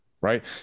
right